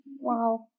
Wow